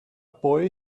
boy